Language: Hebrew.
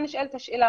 כאן נשאלת השאלה